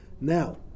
Now